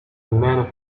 man